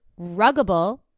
Ruggable